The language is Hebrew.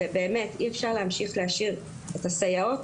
באמת אי אפשר להמשיך להשאיר את הסייעות